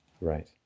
Right